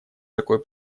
такой